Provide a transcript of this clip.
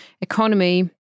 economy